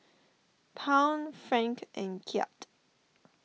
Pound Franc and Kyat